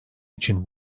için